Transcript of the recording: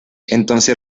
entonces